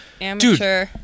Amateur